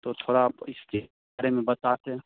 तो थोड़ा आप इसके बारे में बताते